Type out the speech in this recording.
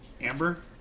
Amber